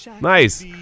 nice